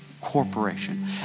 corporation